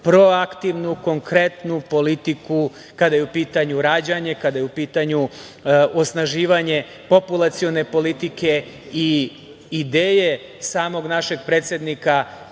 proaktivnu konkretnu politiku kada je u pitanju rađanje, kada je u pitanju osnaživanje populacione politike i ideje samog našeg predsednika